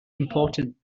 important